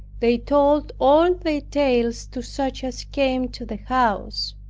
they told all their tales to such as came to the house.